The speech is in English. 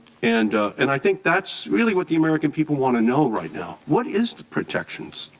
and and i think that's really what the american people want to know right now. what is the protections,